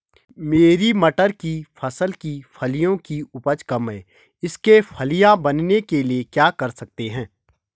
मेरी मटर की फसल की फलियों की उपज कम है इसके फलियां बनने के लिए क्या कर सकते हैं?